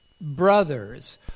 Brothers